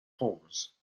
homes